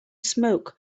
smoke